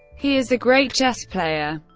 he is a great chess player,